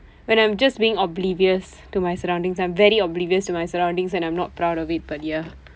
when I'm just being oblivious to my surroundings I'm very oblivious to my surroundings and I'm not proud of it but yeah